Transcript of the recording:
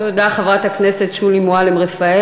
תודה, חברת הכנסת שולי מועלם-רפאלי.